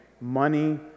Money